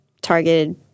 targeted